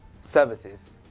Services